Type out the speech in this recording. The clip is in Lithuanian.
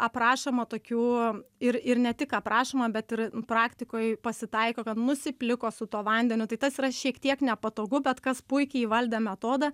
aprašoma tokiu ir ir ne tik aprašoma bet ir praktikoj pasitaiko kad nusipliko su tuo vandeniu tai tas yra šiek tiek nepatogu bet kas puikiai įvaldė metodą